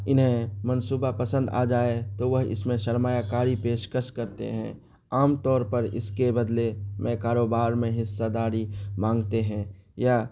انہیں منصوبہ پسند آ جائے تو وہ اس میں سرمایہ کاری پیشکش کرتے ہیں عام طور پر اس کے بدلے میں کاروبار میں حصہ داری مانگتے ہیں یا